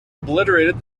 obliterated